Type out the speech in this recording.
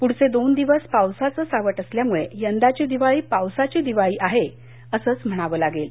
पुढचे दोन दिवस पावसाचं सावट असल्यामुळे यंदाची दिवाळी पावसाची दिवाळी आहे असंचं म्हणावं लागणार आहे